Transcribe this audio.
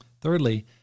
Thirdly